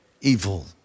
evil